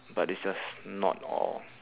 but it's just not all